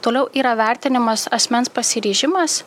toliau yra vertinimas asmens pasiryžimas